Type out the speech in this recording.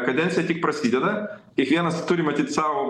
kadencija tik prasideda kiekvienas turi matyt sau